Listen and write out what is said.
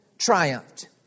triumphed